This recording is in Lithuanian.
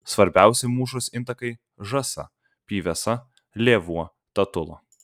svarbiausi mūšos intakai žąsa pyvesa lėvuo tatula